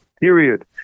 period